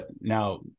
Now